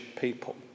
people